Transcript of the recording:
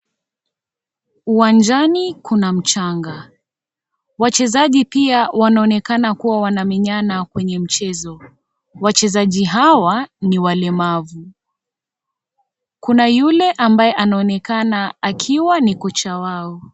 Uwanjani kuna mchanga, wachezaji pia wanaonekana kuwa wanamenyana kwenye mchezo. Wachezaji hawa ni walemavu. Kuna yule ambaye anaonekana akiwa ni kocha wao.